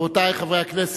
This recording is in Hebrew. רבותי חברי הכנסת,